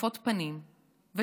חשופות פנים ושם.